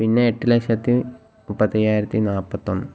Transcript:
പിന്നെ എട്ടു ലക്ഷത്തി മുപ്പത്തി അയ്യായിരത്തി നാല്പത്തിയൊന്ന്